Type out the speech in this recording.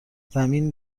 زمین